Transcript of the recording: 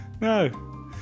No